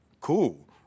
cool